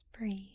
Breathe